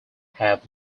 have